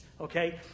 Okay